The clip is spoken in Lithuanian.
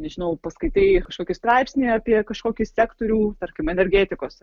nežinau paskaitai kažkokį straipsnį apie kažkokį sektorių tarkim energetikos